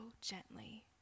gently